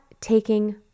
taking